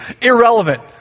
irrelevant